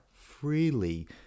freely